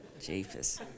Jesus